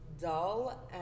dull